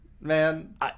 man